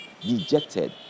dejected